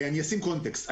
אני אשים קונטקסט.